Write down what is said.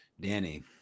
danny